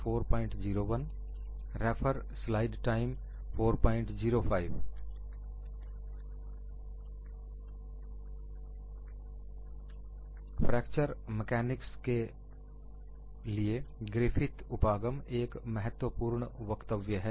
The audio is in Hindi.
फ्रैक्चर मैकानिक्स के लिए ग्रिफिथ उपागम Griffith's approach एक महत्वपूर्ण वक्तव्य है